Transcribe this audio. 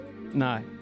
no